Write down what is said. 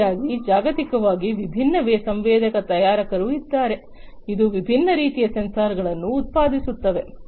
ಈ ರೀತಿಯಾಗಿ ಜಾಗತಿಕವಾಗಿ ವಿಭಿನ್ನ ಸಂವೇದಕ ತಯಾರಕರು ಇದ್ದಾರೆ ಅದು ವಿಭಿನ್ನ ರೀತಿಯ ಸೆನ್ಸಾರ್ಗಳನ್ನು ಉತ್ಪಾದಿಸುತ್ತದೆ